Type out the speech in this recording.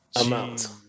amount